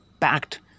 packed